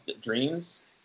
Dreams